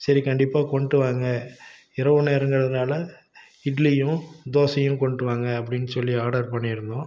சரி கண்டிப்பாக கொண்டு வாங்க இரவு நேரங்கிறதுனால் இட்லியும் தோசையும் கொண்டு வாங்க அப்படின்னு சொல்லி ஆர்டர் பண்ணியிருந்தோம்